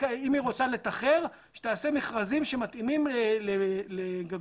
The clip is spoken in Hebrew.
אם היא רוצה לתחר שתעשה מכרזים שמתאימים לגגות